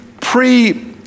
pre